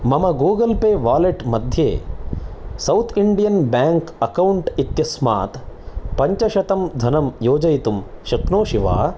मम Google pay wallet मध्ये south Indian bank account इत्यस्मात् पञ्चशतं धनं योजयितुं शक्नोषि वा